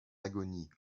agonie